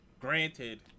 Granted